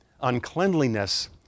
uncleanliness